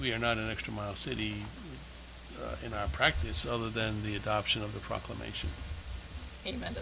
we are not an extra mile city in our practice other than the and option of the proclamation